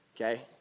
Okay